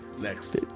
Next